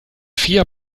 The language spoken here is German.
vier